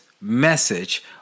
message